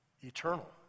eternal